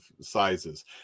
sizes